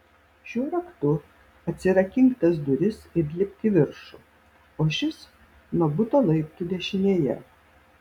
šiuo raktu atsirakink tas duris ir lipk į viršų o šis nuo buto laiptų dešinėje